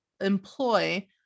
employ